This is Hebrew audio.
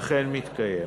אכן מתקיים,